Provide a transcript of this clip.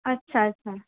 আচ্ছা আচ্ছা